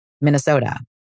Minnesota